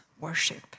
worship